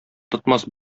тотмас